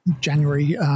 January